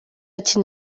ati